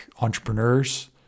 entrepreneurs